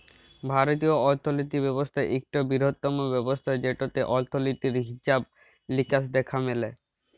ভারতীয় অথ্থলিতি ব্যবস্থা ইকট বিরহত্তম ব্যবস্থা যেটতে অথ্থলিতির হিছাব লিকাস দ্যাখা ম্যালে